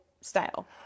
style